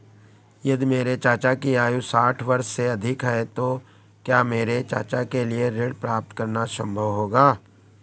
यदि मेरे चाचा की आयु साठ वर्ष से अधिक है तो क्या मेरे चाचा के लिए ऋण प्राप्त करना संभव होगा?